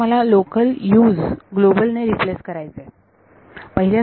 आता मला local U's global ने रिप्लेस करायचे आहेत